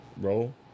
roll